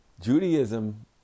Judaism